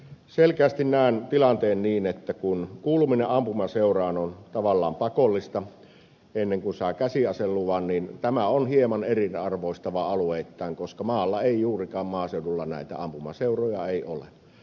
selkeästi näen tilanteen niin että kun kuuluminen ampumaseuraan on tavallaan pakollista ennen kuin saa käsiaseluvan niin tämä on hieman eriarvoistava alueittain koska maaseudulla ei juurikaan näitä ampumaseuroja ole